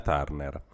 Turner